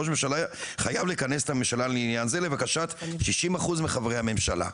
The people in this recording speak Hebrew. ראש ממשלה חייב לכנס את הממשלה לעניין זה לבקשת 60% מחברי הממשלה,